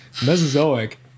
Mesozoic